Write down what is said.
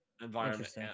Environment